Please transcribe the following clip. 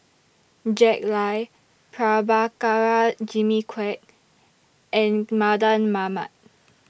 Jack Lai Prabhakara Jimmy Quek and Mardan Mamat